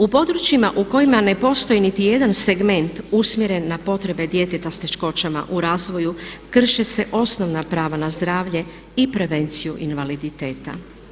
U područjima u kojima ne postoji niti jedan segment usmjeren na potrebe djeteta s teškoćama u razvoju krše se osnovna prava na zdravlje i prevenciju invaliditeta.